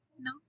no